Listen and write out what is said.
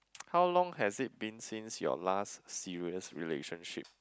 how long has it been since your last serious relationship